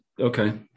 Okay